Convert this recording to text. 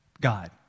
God